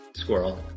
Squirrel